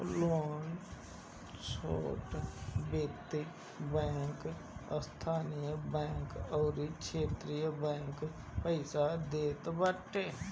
loan छोट वित्तीय bank, स्थानीय बैंक अउरी क्षेत्रीय बैंक पईसा देत बाटे